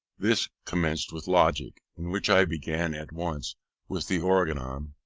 this commenced with logic, in which i began at once with the organon,